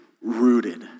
Rooted